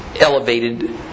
elevated